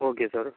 okay sir